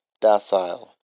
docile